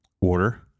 order